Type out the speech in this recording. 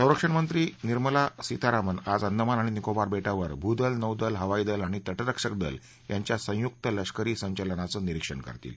संरक्षणमंत्री निर्मला सीतारामन आज अंदमान आणि निकोबार बेटांवर भूदल नौदल हवाई दल आणि तटरक्षक दल यांच्या संयुक्त लष्करी संचलनाचं निरीक्षण करतील